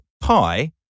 Pi